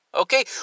Okay